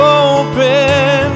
open